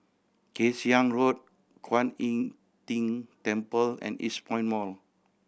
Kay Siang Road Kuan Im Tng Temple and Eastpoint Mall